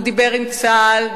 הוא דיבר עם צה"ל,